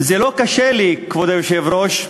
זה לא קשה לי, כבוד היושב-ראש,